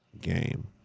game